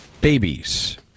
babies